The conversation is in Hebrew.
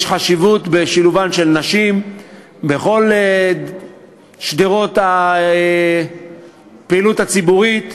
יש חשיבות בשילובן של נשים בכל שדרות הפעילות הציבורית,